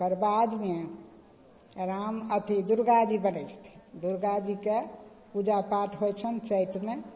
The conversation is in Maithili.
ओकरबादमे राम अथी दुर्गाजी बनय छथिन दुर्गा जीके पूजा पाठ होइ छनि चैतमे